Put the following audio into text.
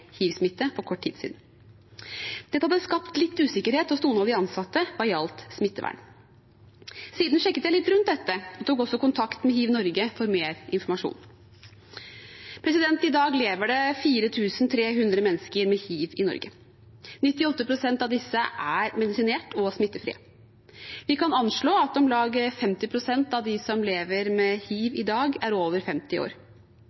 hivsmitte. Dette hadde skapt litt usikkerhet hos noen av de ansatte hva gjaldt smittevern. Siden sjekket jeg litt rundt dette og tok også kontakt med HivNorge for mer informasjon. I dag lever det 4 300 mennesker med hiv i Norge. 98 pst. av disse er medisinerte og smittefrie. Vi kan altså anslå at om lag 50 pst. av dem som lever med hiv i dag, er over 50 år.